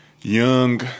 young